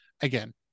again